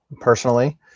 personally